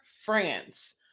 France